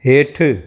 हेठि